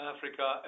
Africa